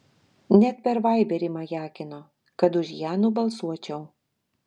net per vaiberį majakino kad už ją nubalsuočiau